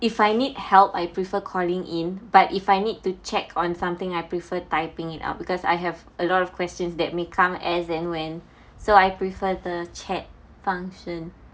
if I need help I prefer calling in but if I need to check on something I prefer typing it out because I have a lot of questions that may come as and when so I prefer the chat function